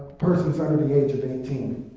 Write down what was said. persons under the age of eighteen.